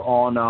on